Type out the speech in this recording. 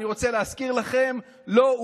אני רוצה להזכיר לכם: לא,